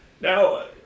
now